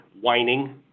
whining